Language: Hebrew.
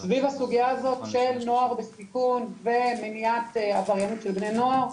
סביב הסוגייה של נוער בסיכון ומניעת עבריינות של בני נוער.